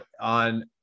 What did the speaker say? on